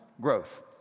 growth